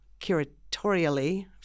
curatorially